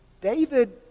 David